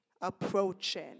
approaching